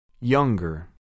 Younger